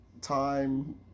time